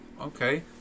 okay